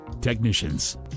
Technicians